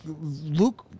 Luke